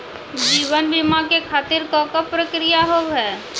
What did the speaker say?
जीवन बीमा के खातिर का का प्रक्रिया हाव हाय?